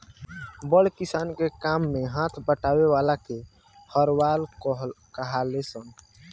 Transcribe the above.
बड़ किसान के काम मे हाथ बटावे वाला के हरवाह कहाले सन